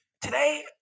Today